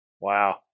Wow